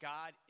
God